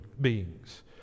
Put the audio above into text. beings